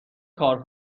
کار